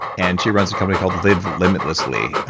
and she runs a company called live limitlessly,